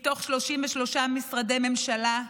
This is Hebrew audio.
מתוך 33 משרדי ממשלה,